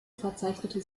verzeichnete